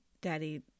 Daddy